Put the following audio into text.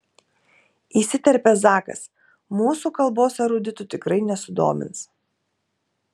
įsiterpia zakas mūsų kalbos eruditų tikrai nesudomins